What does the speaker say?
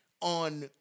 on